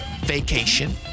vacation